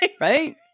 right